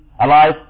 alive